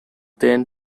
then